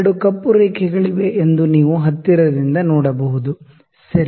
2 ಕಪ್ಪು ರೇಖೆಗಳಿವೆ ಎಂದು ನೀವು ಹತ್ತಿರದಿಂದ ನೋಡಬಹುದು ಸರಿ